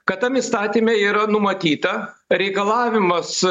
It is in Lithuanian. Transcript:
kad tam įstatyme yra numatyta reikalavimas